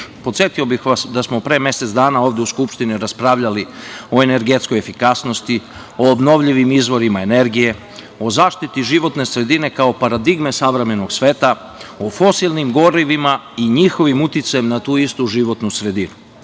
bih vas da smo pre mesec dana ovde u Skupštini raspravljali o energetskoj efikasnosti, o obnovljivim izvorima energije, o zaštiti životne sredine kao paradigme savremenog sveta, o fosilnim gorivima i njihovom uticaju na tu istu životnu sredinu.